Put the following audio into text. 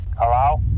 Hello